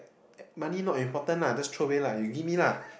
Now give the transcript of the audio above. money not important lah just throw away lah you give me lah